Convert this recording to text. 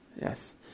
yes